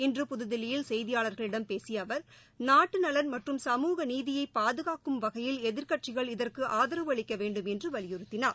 இன்று புதுதில்லியில் செய்தியாளர்களிடம் பேசிய அவர் நாட்டுநலன் மற்றும் சமூக நீதியை பாதுகாக்கும் வகையில் எதிர்கட்சிகள் இதற்கு ஆதரவு அளிக்க வேண்டும் என்று வலியுறுத்தினார்